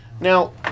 Now